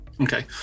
Okay